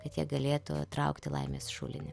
kad jie galėtų traukti laimės šulinį